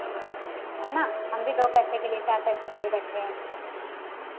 हैं ना हम भी दो पैसे के लिए चार पैसों के लिए बैठे हैं